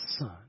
son